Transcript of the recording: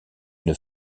une